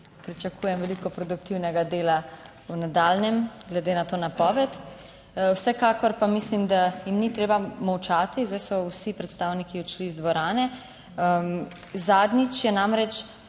Pričakujem veliko produktivnega dela v nadaljnjem, glede na to napoved, vsekakor pa mislim, da jim ni treba molčati. Zdaj so vsi predstavniki odšli iz dvorane. Zadnjič je namreč,